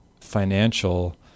financial